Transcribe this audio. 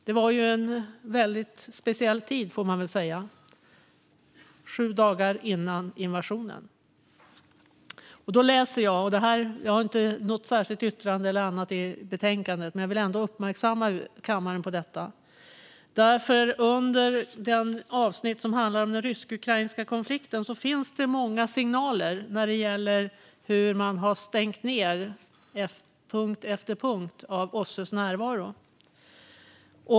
Det var en väldigt speciell tid, får man väl säga, sju dagar före invasionen. Jag har inte något särskilt yttrande om detta i betänkandet, men jag vill ändå uppmärksamma kammaren på det. Under det avsnitt som handlar om den rysk-ukrainska konflikten finns det många signaler gällande hur man har stängt ned punkt efter punkt av OSSE:s närvaro.